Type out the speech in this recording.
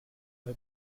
but